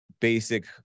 basic